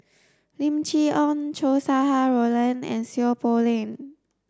Lim Chee Onn Chow Sau Hai Roland and Seow Poh Leng